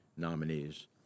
nominees